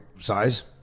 size